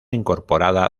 incorporada